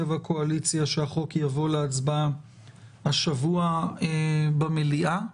לקואליציה שהחוק יבוא להצבעה השבוע במליאה,